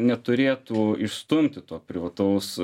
neturėtų išstumti to privataus